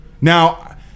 Now